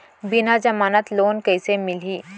बिना जमानत लोन कइसे मिलही?